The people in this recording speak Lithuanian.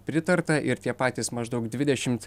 pritarta ir tie patys maždaug dvidešim